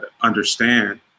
understand